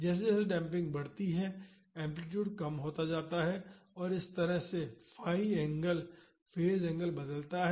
जैसे जैसे डेम्पिंग बढ़ती है एम्पलीटूड कम होता जाता है और इस तरह से फाई एंगल फेज़ एंगल बदलता है